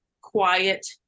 quiet